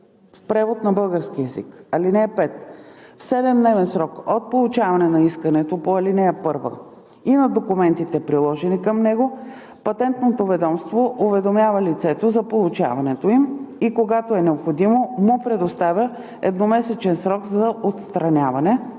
в превод на български език. (5) В 7-дневен срок от получаване на искането по ал. 1 и на документите, приложени към него, Патентното ведомство уведомява лицето за получаването им и когато е необходимо, му предоставя едномесечен срок за отстраняване